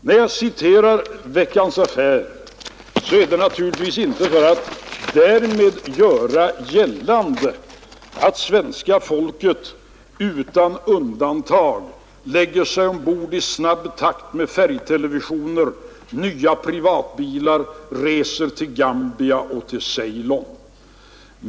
När jag citerar Veckans Affärer är det naturligtvis inte för att därmed göra gällande att svenska folket utan undantag i snabb takt lägger sig ombord med färgtelevision och nya privatbilar och reser till Gambia och till Ceylon.